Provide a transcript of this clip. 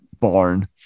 barn